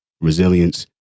resilience